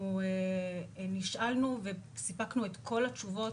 אנחנו נשאלנו, וסיפקנו את כל התשובות,